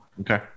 Okay